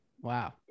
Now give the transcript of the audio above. Wow